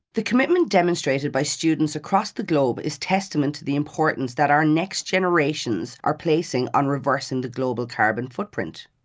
the commitment demonstrated by students across the globe is testament to the importance that our next generations are placing on reversing the global carbon footprint.